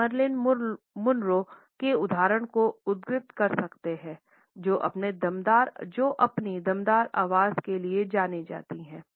हम Marilyn Monroe के उदाहरण को उद्धृत कर सकते हैं जो अपनी दमदार आवाज़ के लिए जानी जाती है